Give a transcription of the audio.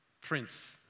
Prince